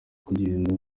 kugenda